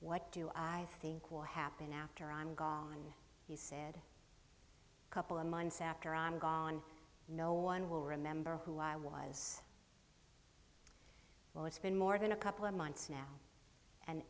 what do i think will happen after i'm gone you said a couple of months after i'm gone no one will remember who i was well it's been more than a couple of months now and